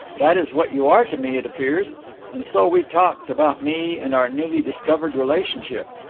that is what you are to me, it appears and so we talked about me, and our newly discovered relationship.